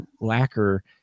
lacquer